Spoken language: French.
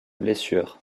blessures